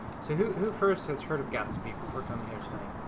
so who who first has heard of gatsby before coming here tonight?